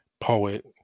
poet